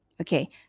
Okay